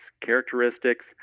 characteristics